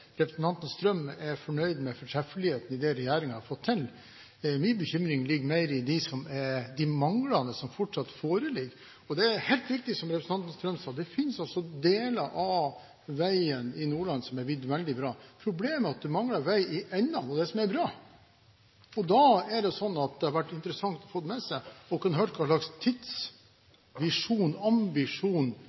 representanten Strøm er fornøyd med fortreffeligheten i det som regjeringen har fått til. Min bekymring ligger mer i de manglene som fortsatt foreligger. Det er helt riktig som representanten Strøm sa – det finnes også deler av veien i Nordland som er blitt veldig bra. Problemet er at det mangler vei i enda mer enn det som er bra! Det ville vært interessant å få høre hva slags tidsvisjon, eller ambisjon, regjeringen har for å